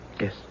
Yes